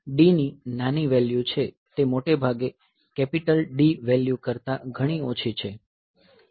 D ની નાની value છે તે મોટાભાગે કેપિટલ D વેલ્યુ કરતાં ઘણી ઓછી છે